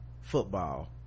football